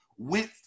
went